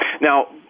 Now